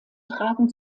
tragen